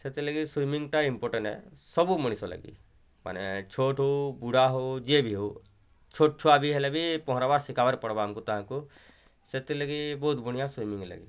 ସେଥିଲାଗି ସୁଇମିଙ୍ଗଟା ଇମ୍ପୋର୍ଟାଣ୍ଟ ହେ ସବୁ ମଣିଷ୍ ଲାଗି ମାନେ ଛୋଟ୍ ହଉ ବୁଢ଼ା ହଉ ଯିଏ ବି ହଉ ଛୋଟ୍ ଛୁଆ ହେଲେ ବି ପହଁରାବା ଶିଖାବାର୍ ପଡ଼୍ବାର୍ ଆମ୍କୁ ତାହାକୁ ସେଥିଲାଗି ବହୁତ୍ ବଢ଼ିଆ ସୁଇମିଙ୍ଗ ଲାଗେ